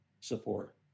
support